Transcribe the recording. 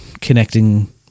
connecting